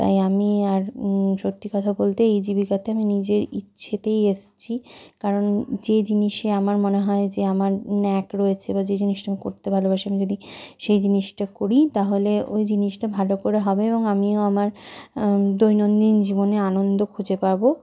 তাই আমি আর সত্যি কথা বলতে এই জীবিকাতে আমি নিজের ইচ্ছেতেই এসেছি কারণ যে জিনিসে আমার মনে হয় যে আমার ন্যাক রয়েছে বা যে জিনিসটা আমি করতে ভালোবাসি আমি যদি সেই জিনিসটা করি তাহলে ওই জিনিসটা ভালো করে হবে এবং আমিও আমার দৈনন্দিন জীবনে আনন্দ খুঁজে পাবো